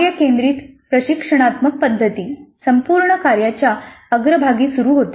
कार्य केंद्रीत प्रशिक्षणात्मक पद्धती संपूर्ण कार्याच्या अग्रभागी सुरू होते